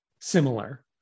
similar